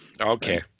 Okay